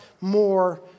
more